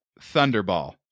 Thunderball